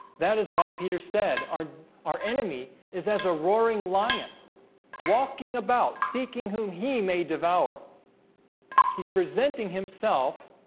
that is why peter said our our enemy is as a roaring lion walking about seeking whom he may devour he's presenting himself